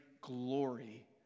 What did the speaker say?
glory